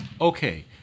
Okay